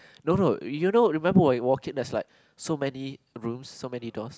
no no you don't know remember you walk in there's like so many rooms so many doors